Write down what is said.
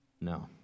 No